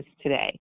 today